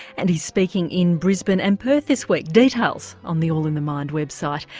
and he's speaking in brisbane and perth this week. details on the all in the mind website.